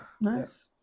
Nice